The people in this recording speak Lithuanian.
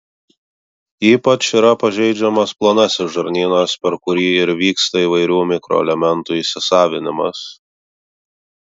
ypač yra pažeidžiamas plonasis žarnynas per kurį ir vyksta įvairių mikroelementų įsisavinimas